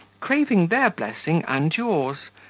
craving their blessing and yours.